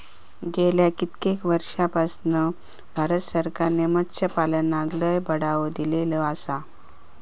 गेल्या कित्येक वर्षापासना भारत सरकारने मत्स्यपालनाक लय बढावो दिलेलो आसा